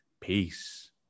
peace